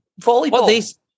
Volleyball